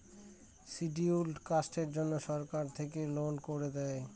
scheduled কাস্টের জন্য সরকার থেকে লোন করে দেয়